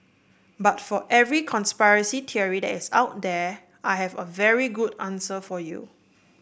but for every conspiracy theory that is out there I have a very good answer for you